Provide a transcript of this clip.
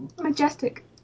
majestic